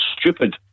stupid